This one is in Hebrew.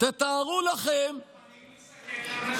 תתארו לכם, אני מסתכל לאנשים ההפגנה.